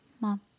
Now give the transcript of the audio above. mom